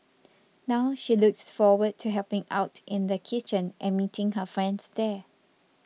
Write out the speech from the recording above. now she looks forward to helping out in the kitchen and meeting her friends there